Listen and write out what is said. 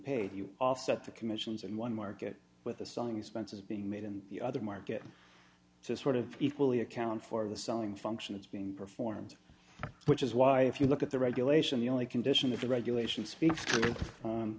paid you offset the commissions in one market with the selling expenses being made in the other market to sort of equally account for the selling function is being performed which is why if you look at the regulation the only condition of the regulation